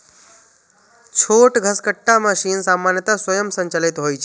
छोट घसकट्टा मशीन सामान्यतः स्वयं संचालित होइ छै